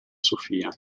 sofia